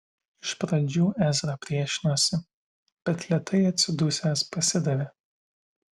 iš pradžių ezra priešinosi bet lėtai atsidusęs pasidavė